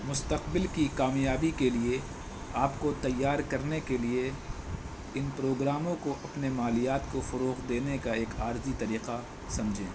مستقبل کی کامیابی کے لیے آپ کو تیار کرنے کے لیے ان پروگراموں کو اپنے مالیات کو فروغ دینے کا ایک عارضی طریقہ سمجھیں